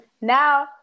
now